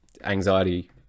anxiety